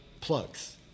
plugs